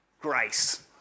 grace